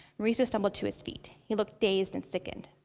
mauricio stumbled to his feet. he looked dazed and sickened,